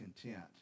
content